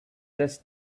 just